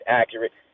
accurate